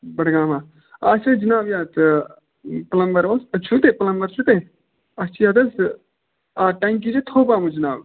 بَڈگامَہ اسہِ ٲسۍ جناب یَتھ ٲں پٕلَمبَر اوٗس چھُو تۄہہِ پٕلَمبَر چھُو تۄہہِ اسہِ چھِ یَتھ حظ آ ٹیٚنٛکی چھِ تھوٚپ آمُت جناب